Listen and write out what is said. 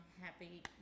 happy